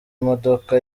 imodoka